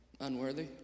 Unworthy